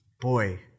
boy